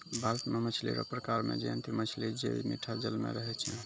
भारत मे मछली रो प्रकार मे जयंती मछली जे मीठा जल मे रहै छै